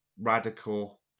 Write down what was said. radical